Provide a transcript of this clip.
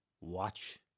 watch